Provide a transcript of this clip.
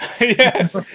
Yes